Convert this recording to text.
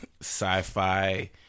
sci-fi